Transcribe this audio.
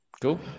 Cool